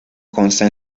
consta